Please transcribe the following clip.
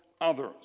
others